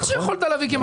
בטח שיכולת להביא כמקור.